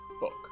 book